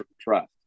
trust